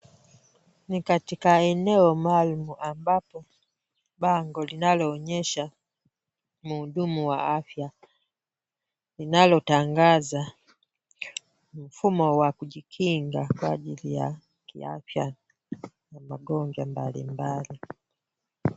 Ni katika eneo maalum ambapo bango linaloonyesha mhudumu wa afya. Linalotangaza mfumo wa kujikinga kwa ajili ya kiafya na magonjwa mbalimbali.